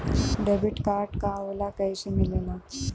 Debit card का होला कैसे मिलेला?